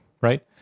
Right